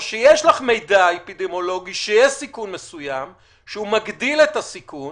או שיש לך מידע אפידמיולוגי שיש סיכון מסוים שהוא מגדיל את הסיכון